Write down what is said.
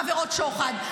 עבירות שוחד,